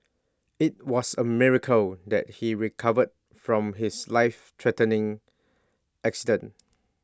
IT was A miracle that he recovered from his life threatening accident